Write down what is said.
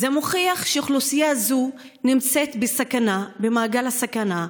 זה מוכיח שאוכלוסייה זו נמצאת במעגל הסכנה.